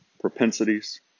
propensities